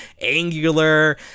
angular